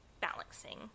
balancing